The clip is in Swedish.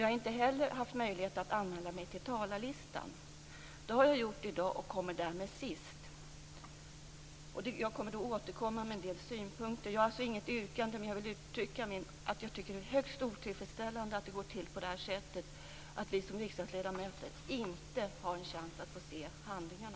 Jag har heller inte haft möjlighet att anmäla mig till talarlistan. Det har jag gjort i dag och kommer därmed sist. Jag kommer då att återkomma med en del synpunkter. Jag har alltså nu inget yrkande, men jag vill uttrycka att jag tycker att det är högst otillfredsställande att det går till på det här sättet, att vi som riksdagsledamöter inte har en chans att få se handlingarna.